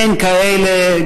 אין כאלה.